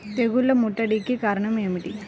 తెగుళ్ల ముట్టడికి కారణం ఏమిటి?